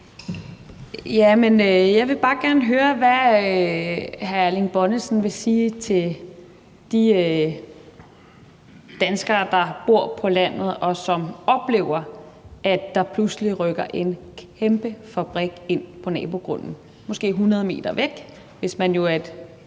Jeg vil bare gerne høre, hvad hr. Erling Bonnesen vil sige til de danskere, som bor på landet, og som oplever, at der pludselig rykker en kæmpe fabrik ind på nabogrunden, måske 100 m væk. Hvis den er